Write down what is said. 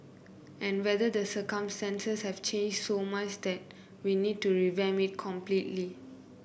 and whether the circumstances have changed so much that we need to revamp it completely